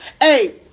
Hey